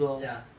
ya